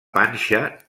panxa